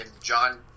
john